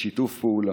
בשיתוף פעולה.